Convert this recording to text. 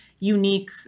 unique